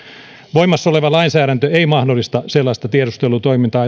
voimassa oleva lainsäädäntö ei mahdollista sellaista tiedustelutoimintaa